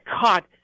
caught